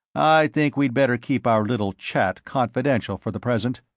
i think we'd better keep our little chat confidential for the present.